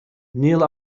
neal